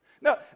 Now